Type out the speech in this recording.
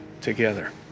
together